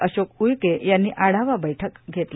अशोक उईके यांनी आढावा बैठक घेतली